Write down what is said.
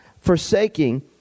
forsaking